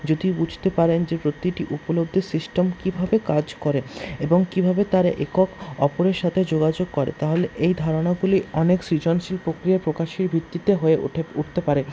যদি বুঝতে পারেন যে প্রতিটি উপলব্ধি সিস্টেম কীভাবে কাজ করে এবং কীভাবে তারা একক অপরের সাথে যোগাযোগ করে তাহলে এই ধারনাগুলি অনেক সৃজনশীল প্রক্রিয়া প্রকাশের ভিত্তিতে হয়ে ওঠে হয়ে উঠতে পারে